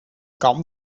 kan